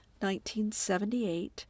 1978